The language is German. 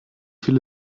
viele